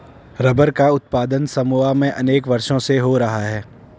rubber का उत्पादन Samoa में अनेक वर्षों से हो रहा है